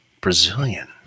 brazilian